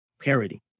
parody